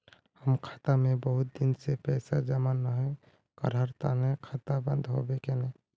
हम खाता में बहुत दिन से पैसा जमा नय कहार तने खाता बंद होबे केने?